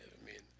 i mean,